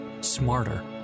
smarter